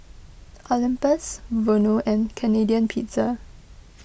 Olympus Vono and Canadian Pizza